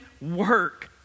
work